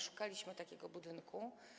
Szukaliśmy takiego budynku.